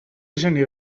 gener